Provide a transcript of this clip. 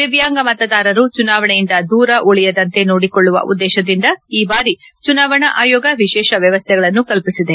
ದಿವ್ಯಾಂಗ ಮತದಾರರು ಚುನಾವಣೆಯಿಂದ ದೂರ ಉಳಿಯದಂತೆ ನೋಡಿಕೊಳ್ಳುವ ಉದ್ದೇಶದಿಂದ ಈ ಬಾರಿ ಚುನಾವಣಾ ಆಯೋಗ ವಿಶೇಷ ವ್ಯವಸ್ಥೆಗಳನ್ನು ಕಲ್ಪಿಸಿದೆ